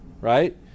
Right